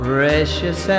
Precious